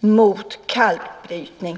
mot kalkbrytning?